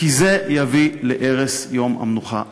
כי זה יביא להרס יום המנוחה השבועי.